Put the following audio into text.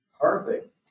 Perfect